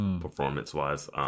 performance-wise